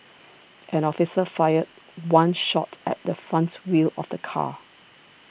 an officer fired one shot at the front wheel of the car